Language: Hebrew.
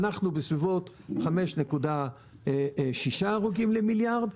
אנחנו בסביבות 5.6 הרוגים למיליארד,